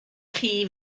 chi